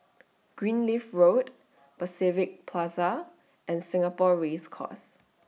Greenleaf Road Pacific Plaza and Singapore Race Course